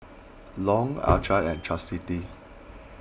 Long Alcie and Chasity